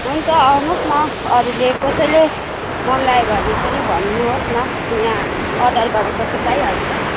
हुन्छ आउनुहोस् न अरूले कसैले मगायो भने पनि भन्नुहोस् न यहाँ अर्डर गरेपछि पाइहाल्छ